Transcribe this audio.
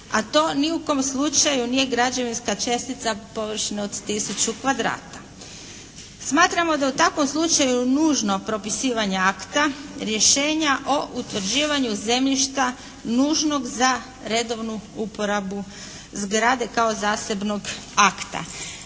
a to u ni u kom slučaju nije građevinska čestica površine od 1000 kvadrata. Smatramo da je u takvom slučaju nužno propisivanje akta, rješenja o utvrđivanju zemljišta nužnog za redovnu uporabu zgrade kao zasebnog akta.